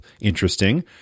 interesting